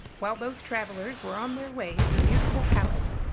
while both travellers were on their way to the beautiful palace,